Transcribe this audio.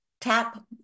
tap